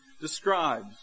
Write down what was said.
describes